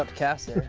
cast